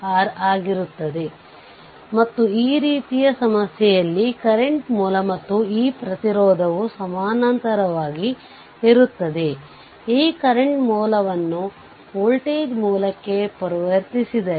ಆದ್ದರಿಂದ ಈ ಸಂದರ್ಭದಲ್ಲಿ ಮತ್ತೆ ಟರ್ಮಿನಲ್ಗಳು 1 ಮತ್ತು 2 ಅನ್ನು ತೆರೆದ ಸರ್ಕ್ಯೂಟ್ ಮಾಡಲಾಗಿದ್ದು ಲೋಡ್ ಸಂಪರ್ಕ ಕಡಿತಗೊಂಡಿದೆ ಮತ್ತು ಎಲ್ಲಾ ಸ್ವತಂತ್ರ ಮೂಲಗಳನ್ನು ಆಫ್ ಮಾಡಲಾಗಿದೆ